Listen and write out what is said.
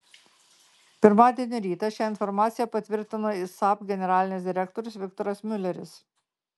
pirmadienio rytą šią informaciją patvirtino ir saab generalinis direktorius viktoras miuleris